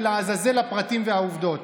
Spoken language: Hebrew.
ולעזאזל הפרטים והעובדות.